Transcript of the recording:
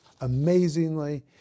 amazingly